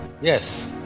Yes